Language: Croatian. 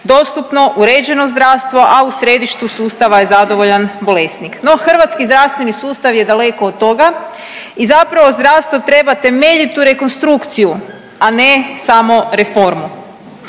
dostupno, uređeno zdravstvo, a u središtu sustava je zadovoljan bolesnik, no hrvatski zdravstveni sustav je daleko od toga i zapravo zdravstvo treba temeljitu rekonstrukciju, a ne samo reformu.